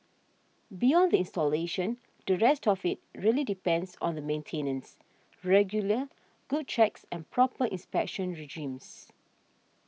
beyond the installation the rest of it really depends on the maintenance regular good checks and proper inspection regimes